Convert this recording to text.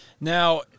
Now